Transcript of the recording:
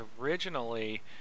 originally